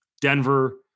Denver